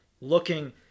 looking